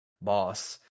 boss